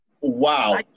Wow